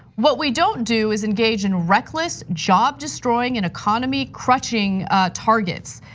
what we don't do is engage in reckless, job destroying and economy crushing targets,